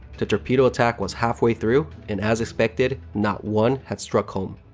the torpedo attack was halfway through and, as expected, not one had struck home.